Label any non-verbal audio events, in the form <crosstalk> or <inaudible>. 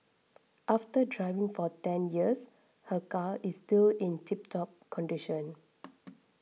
after driving for ten years her car is still in tiptop condition <noise>